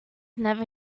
never